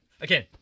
Again